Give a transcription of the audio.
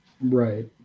right